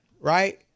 right